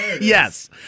Yes